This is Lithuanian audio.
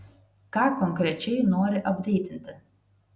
ką konkrečiai nori apdeitinti